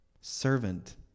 Servant